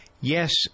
Yes